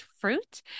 fruit